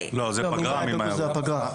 לא, זה פגרה, ממאי עד אוגוסט.